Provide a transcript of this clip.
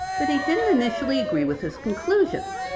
but he didn't initially agree with his conclusions.